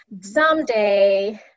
someday